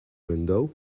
window